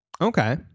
Okay